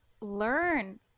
learn